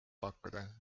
pakkuda